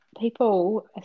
people